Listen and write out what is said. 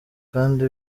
kandi